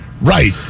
Right